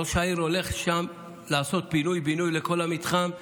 ראש העיר הולך לעשות שם פינוי-בינוי לכל המתחם,